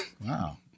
Wow